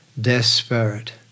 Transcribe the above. desperate